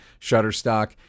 Shutterstock